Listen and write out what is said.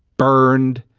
burned,